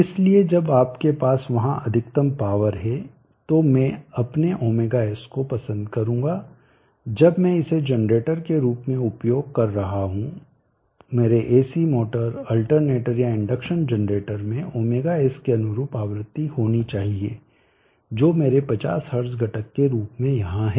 इसलिए जब आपके पास वहां अधिकतम पावर है तो मैं अपने ωs को पसंद करूंगा जब मैं इसे जनरेटर के रूप में उपयोग कर रहा हूं मेरे AC मोटर अल्टरनेटर या इंडक्शन जनरेटर में ωs के अनुरूप आवृत्ति होनी चाहिए जो मेरे 50 हर्ट्ज घटक के अनुरूप यहाँ है